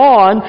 on